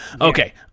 Okay